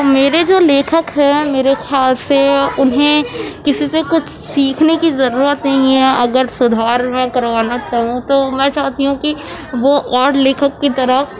میرے جو لیکھک ہیں میرے خیال سے اُنہیں کسی سے کچھ سیکھنے کی ضرورت نہیں ہے اگر سدھار میں کروانا چاہوں تو میں چاہتی ہوں کہ وہ اور لیکھک کی طرح